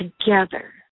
together